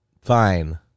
Fine